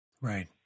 Right